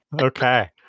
Okay